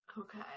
Okay